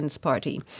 party